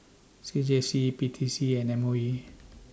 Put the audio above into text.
C J C P T C and M O E